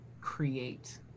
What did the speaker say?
create